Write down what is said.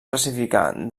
classificar